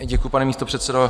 Děkuji, pane místopředsedo.